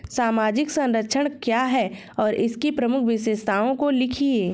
सामाजिक संरक्षण क्या है और इसकी प्रमुख विशेषताओं को लिखिए?